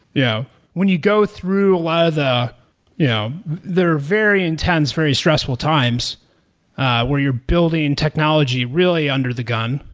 yeah when you go through a lot of the yeah there are very intense, very stressful times where you're building technology really under the gun,